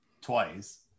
Twice